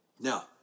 Now